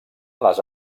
les